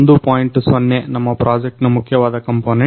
0 ನಮ್ಮ ಪ್ರಾಜೆಕ್ಟಿನ್ ಮುಖ್ಯವಾದ ಕಂಪೋನೆAಟ್